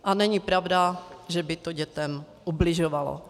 A není pravda, že by to dětem ubližovalo.